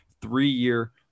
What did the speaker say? three-year